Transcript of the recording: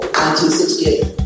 1968